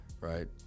right